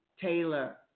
Taylor